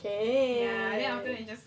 can